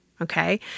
Okay